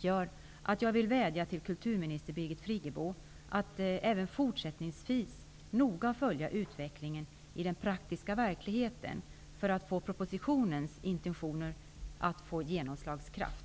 gör att jag vädjar till kulturminister Friggebo att hon även fortsättningsvis noga följer utvecklingen i den praktiska verkligheten. Det gäller ju att propositionens intentioner får genomslagskraft.